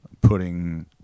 putting